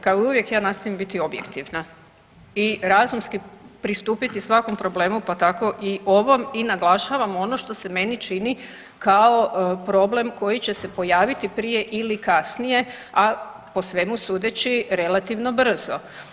Kao i uvijek ja nastojim biti objektivna i razumski pristupiti svakom problemu, pa tako i ovom i naglašavam ono što se meni čini kao problem koji će se pojaviti prije ili kasnije, a po svemu sudeći relativno brzo.